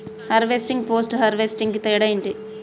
Harvesting, post harvesting తేడా ఏంటి?